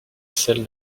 celle